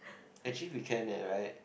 actually we can eh right